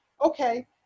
okay